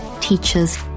teachers